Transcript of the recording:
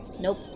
Nope